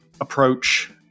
approach